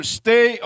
stay